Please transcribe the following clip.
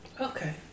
Okay